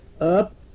up